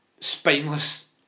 spineless